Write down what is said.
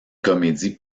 comédie